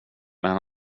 men